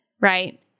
Right